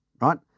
right